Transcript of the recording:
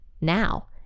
now